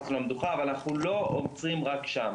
ואנחנו לא עוצרים רק שם.